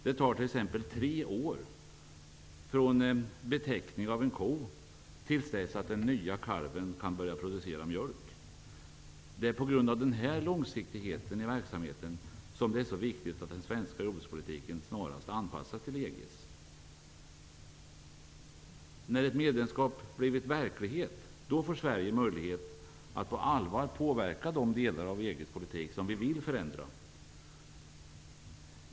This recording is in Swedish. Det tar t.ex. tre år från betäckning av en ko till dess att den nya kalven kan börja producera mjölk. Det är på grund av den här långsiktigheten i verksamheten som det är så viktigt att den svenska jordbrukspolitiken snarast anpassas till EG:s. När ett medlemskap blivit verklighet, får Sverige möjlighet att på allvar påverka de delar av EG:s politik som vi vill förändra.